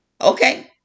Okay